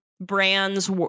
brands